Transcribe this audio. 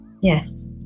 Yes